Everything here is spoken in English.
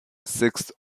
sixth